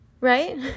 right